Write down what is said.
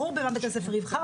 ברור במה בית הספר יבחר,